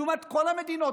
לעומת כל המדינות,